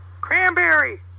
Cranberry